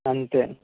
అంతే